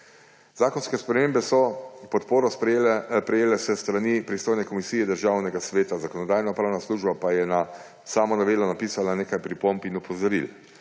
Zakonske spremembe so podporo prejele s strani pristojne komisije Državnega sveta, Zakonodajno-pravna služba pa je na samo novelo napisala nekaj pripomb in opozoril.